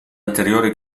anteriori